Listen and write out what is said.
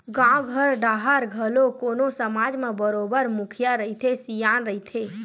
गाँव घर डाहर घलो कोनो समाज म बरोबर मुखिया रहिथे, सियान रहिथे